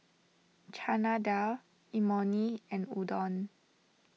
Chana Dal Imoni and Udon